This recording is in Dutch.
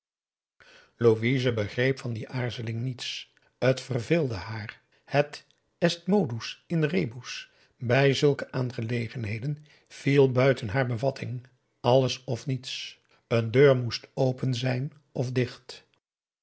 louise begreep van die aarzeling niets t verveelde haar het est modus in rebus bij zulke aangelegenheden viel buiten haar bevatting alles of niets een deur moest open zijn of dicht